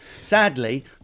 Sadly